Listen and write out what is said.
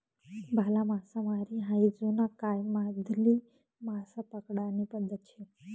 भाला मासामारी हायी जुना कायमाधली मासा पकडानी पद्धत शे